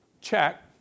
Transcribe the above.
check